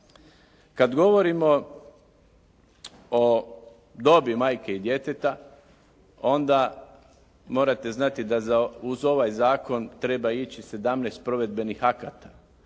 Kad govorimo o dobi majke i djeteta onda morate znati da za, uz ovaj zakon treba ići 17 provedbenih akata.